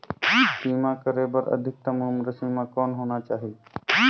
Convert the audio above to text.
बीमा करे बर अधिकतम उम्र सीमा कौन होना चाही?